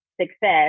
success